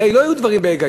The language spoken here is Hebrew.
הרי לא היו דברי היגיון.